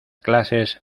clases